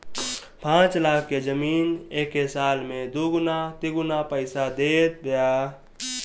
पाँच लाख के जमीन एके साल में दुगुना तिगुना पईसा देत बिया